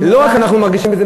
לא רק אנחנו מרגישים בזה,